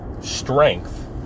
strength